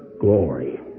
glory